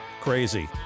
Crazy